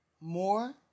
more